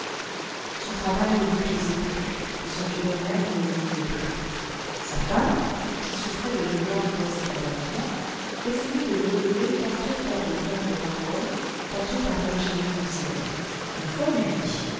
son travail ne lui plaisait plus et son violon même ne l'égayait plus sa femme qui souffrait de le voir dans cet abattement essayait de le relever tantôt par de tendres paroles tantôt par d'ingénieux conseils une fois elle lui dit